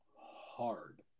hard